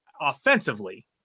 offensively